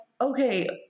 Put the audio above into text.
okay